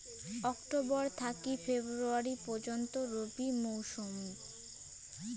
October থাকি February পর্যন্ত রবি মৌসুম